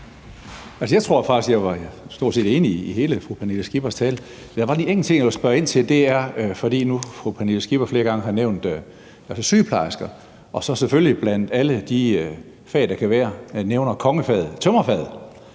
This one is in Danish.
jeg var enig i stort set hele fru Pernille Skippers tale. Der var lige en enkelt ting, jeg vil spørge ind til. For fru Pernille Skipper har nu flere gange nævnt sygeplejersker, og så blandt alle de fag, der kan være, nævner hun selvfølgelig kongefaget,